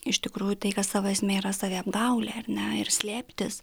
iš tikrųjų tai kad savo esmė yra saviapgaulė ar ne ir slėptis